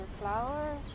flowers